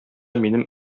минем